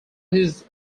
his